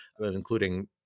including